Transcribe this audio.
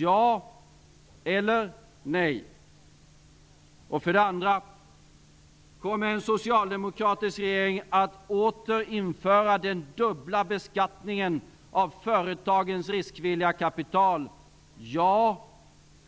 Ja eller nej? För det andra: Kommer en socialdemokratisk regering att åter införa den dubbla beskattningen av företagens riskvilliga kapital? Ja